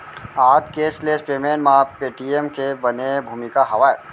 आज cashless payment म Paytm के बने भूमिका हावय